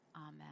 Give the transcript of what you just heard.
Amen